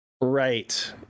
Right